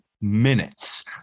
minutes